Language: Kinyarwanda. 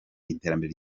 iterambere